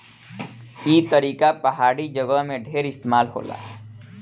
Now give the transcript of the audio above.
ई तरीका पहाड़ी जगह में ढेर इस्तेमाल होला